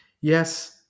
Yes